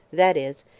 that is,